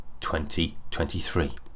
2023